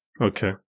Okay